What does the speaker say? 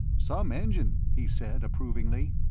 some engine! he said, approvingly.